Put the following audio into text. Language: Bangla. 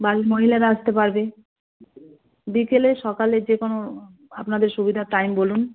বাড়ির মহিলারা আসতে পারবে বিকেলে সকালে যে কোনো আপনাদের সুবিধা টাইম বলুন